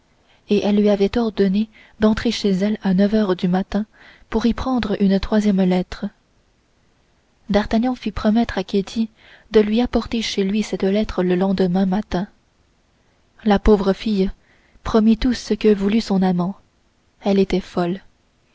et elle lui avait ordonné d'entrer chez elle à neuf heures du matin pour y prendre une troisième lettre d'artagnan fit promettre à ketty de lui apporter chez lui cette lettre le lendemain matin la pauvre fille promit tout ce que voulut son amant elle était folle